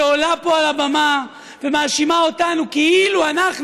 שעולה פה על הבמה ומאשימה אותנו כאילו אנחנו